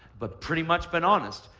but pretty much been honest.